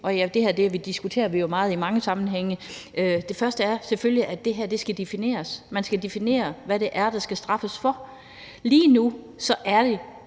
og det diskuterer vi meget i mange sammenhænge – at det her skal defineres. Man skal definere, hvad det er, der skal straffes for. Lige nu er det